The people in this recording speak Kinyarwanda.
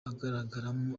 agaragaramo